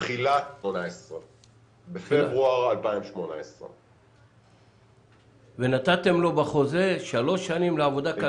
בתחילת 2018. בפברואר 2018. ובחוזה נתתם לו שלוש שנים לעבודה כלכלית?